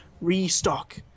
restock